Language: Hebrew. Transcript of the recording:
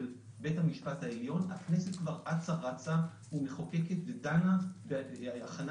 בית המשפט העליון הכנסת כבר אצה-רצה ומחוקקת ודנה בהכנה